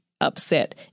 upset